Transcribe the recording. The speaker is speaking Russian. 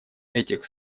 этих